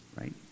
right